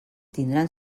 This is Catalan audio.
tindran